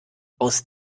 aus